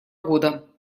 года